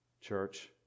church